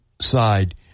side